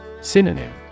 Synonym